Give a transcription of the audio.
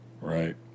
right